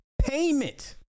payment